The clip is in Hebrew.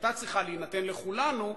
שהיתה צריכה להינתן לכולנו,